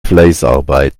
fleißarbeit